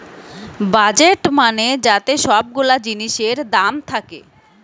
budget মানে যাতে সব গুলা জিনিসের দাম থাকে